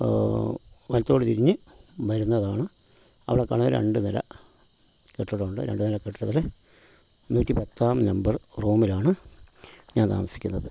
വലത്തോട്ട് തിരിഞ്ഞ് വരുന്നതാണ് അവിടെ കാണുന്ന രണ്ട് നില കെട്ടിടമുണ്ട് രണ്ട് നില കെട്ടിടത്തില് നൂറ്റി പത്താം നമ്പർ റൂമിലാണ് ഞാൻ താമസിക്കുന്നത്